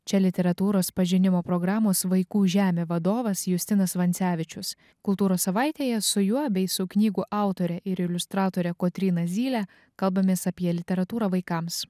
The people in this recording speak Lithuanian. čia literatūros pažinimo programos vaikų žemė vadovas justinas vancevičius kultūros savaitėje su juo bei su knygų autore ir iliustratore kotryna zyle kalbamės apie literatūrą vaikams